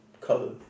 color